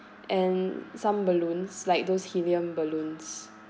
and some balloons like those helium balloons